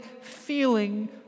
feeling